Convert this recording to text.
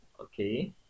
Okay